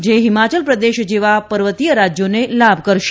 જે હિમા ચલ પ્રદેશ જેવા પર્વતીય રાજ્યોને લાભ કરશે